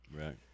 Right